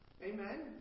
Amen